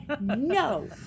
no